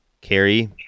Carrie